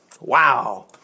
Wow